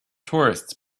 tourists